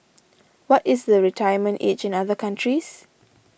what is the retirement age in other countries